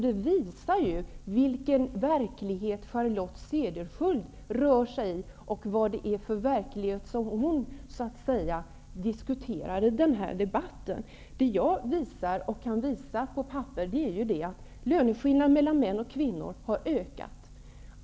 Det visar ju vilken verklighet Charlotte Cederschiöld rör sig i och vilken verklighet hon diskuterar i den här debatten. Det jag kan visa och visar på papper är ju att löneskillnaderna mellan män och kvinnor har ökat.